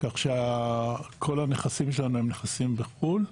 כך שכל הנכסים שלנו הם נכסים בחו"ל,